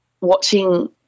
watching